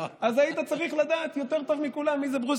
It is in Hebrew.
אז היית צריך לדעת יותר טוב מכולם מי זה ברוס